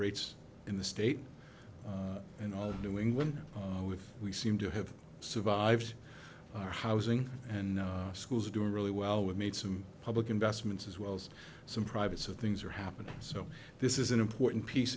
rates in the state and new england with we seem to have survived our housing and schools are doing really well we made some public investments as well as some private so things are happening so this is an important piece